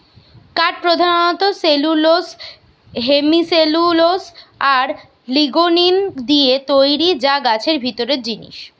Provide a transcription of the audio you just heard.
কাঠ পোধানত cellulose, hemicellulose আর লিগনিন দিয়ে তৈরি যা গাছের ভিতরের জিনিস